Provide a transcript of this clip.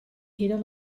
era